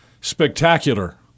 Spectacular